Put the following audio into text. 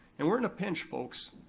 and we're in a pinch, folks.